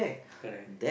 correct